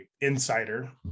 insider